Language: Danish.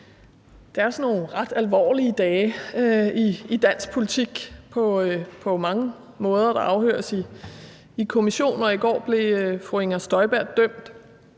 mange måder nogle ret alvorlige dage i dansk politik. Der afhøres i kommission, og i går blev fru Inger Støjberg dømt